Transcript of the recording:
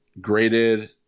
graded